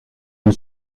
and